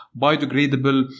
biodegradable